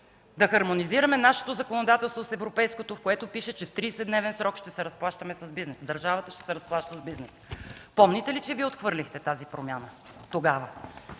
да хармонизираме нашето законодателство с европейското, в което пише, че в 30-дневен срок държавата ще се разплаща с бизнеса. Помните ли, че Вие отхвърлихте тази промяна тогава?